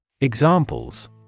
Examples